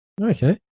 Okay